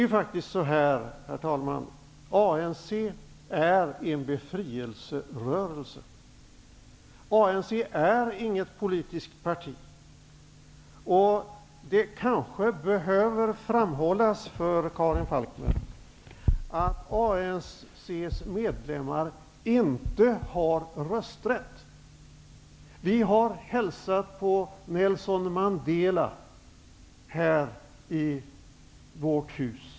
Det är faktiskt så att ANC är en befrielserörelse. ANC är inget politiskt parti. Det behöver kanske framhållas för Karin Falkmer att ANC:s medlemmar inte har rösträtt. Vi har hälsat på Nelson Mandela här i vårt hus.